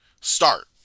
start